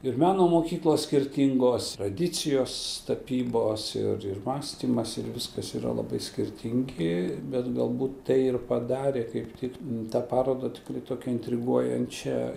ir meno mokyklos skirtingos tradicijos tapybos ir ir mąstymas ir viskas yra labai skirtingi bet galbūt tai ir padarė kaip tik tą parodą tikrai tokią intriguojančią